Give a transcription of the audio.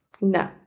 No